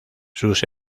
sus